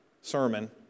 sermon